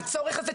הצורך הזה,